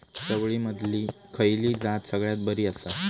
चवळीमधली खयली जात सगळ्यात बरी आसा?